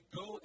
go